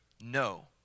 no